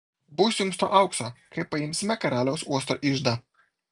bus jums to aukso kai paimsime karaliaus uosto iždą